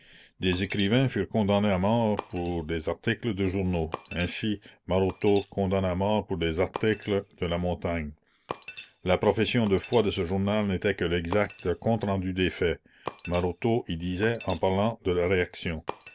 des écrivains furent condamnés à mort pour des articles de journaux ainsi maroteau condamné à mort pour des articles de la montagne la profession de foi de ce journal n'était que l'exact compterendu des faits maroteau y disait en parlant de la réaction